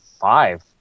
five